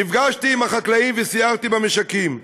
נפגשתי עם החקלאים וסיירתי במשקים,